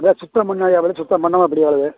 இதை சுத்தம் பண்ணதே அப்புறம் சுத்தம் பண்ணவும் இப்படி வருது